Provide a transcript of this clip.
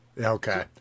Okay